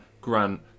Grant